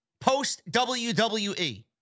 post-WWE